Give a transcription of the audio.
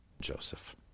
Joseph